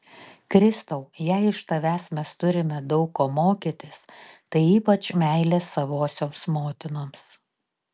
kristau jei iš tavęs mes turime daug ko mokytis tai ypač meilės savosioms motinoms